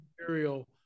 material